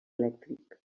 elèctric